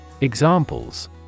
Examples